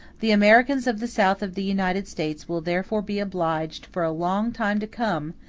the americans of the south of the united states will therefore be obliged, for a long time to come,